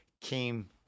came